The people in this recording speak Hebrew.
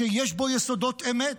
שיש בו יסודות אמת,